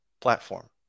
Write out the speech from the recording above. platform